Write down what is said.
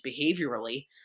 behaviorally